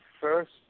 first